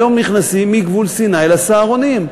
היום נכנסים מגבול סיני ל"סהרונים".